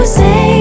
say